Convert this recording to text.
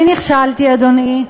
אני נכשלתי, אדוני.